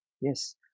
Yes